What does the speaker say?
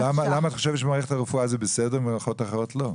למה את חושבת שמערכת הרפואה זה בסדר ומערכות אחרות לא?